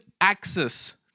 access